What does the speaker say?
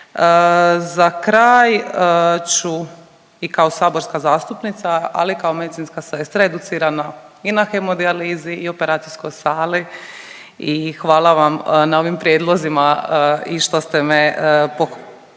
Za kraj ću i kao saborska zastupnica, ali i kao medicinska sestra educirana i na hemodijalizi i u operacijskoj sali i hvala vam na ovim prijedlozima i što ste me pohvalili…/Upadica